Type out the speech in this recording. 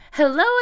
Hello